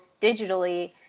digitally